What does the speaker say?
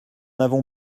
avons